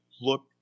look